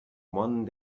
one